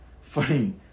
funny